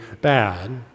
bad